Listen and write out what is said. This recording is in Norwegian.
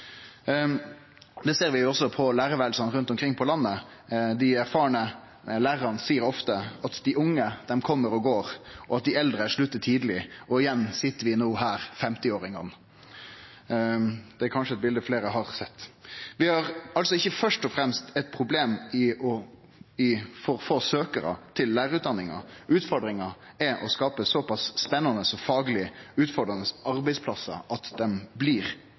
Det ser vi også på lærarromma rundt omkring i landet. Dei erfarne lærarane seier ofte at dei unge kjem og går, og at dei eldre sluttar tidleg – og igjen sit vi no her, 50-åringane. Det er kanskje eit bilde fleire har sett. Vi har altså ikkje først og fremst eit problem med å få søkjarar til lærarutdanninga. Utfordringa er å skape så pass spennande og fagleg utfordrande arbeidsplassar at dei blir